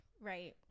right